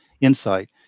insight